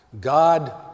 God